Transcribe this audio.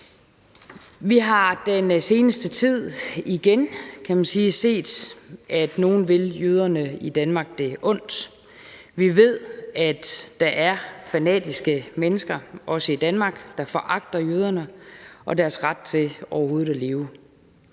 Vi har den seneste tid igen, kan man sige, set, at nogle vil jøderne i Danmark det ondt. Vi ved, at der er fanatiske mennesker, også i Danmark, der foragter jøderne og betvivler deres ret til overhovedet at leve.